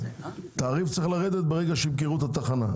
התעריף צריך לרדת ברגע שימכרו את התחנה.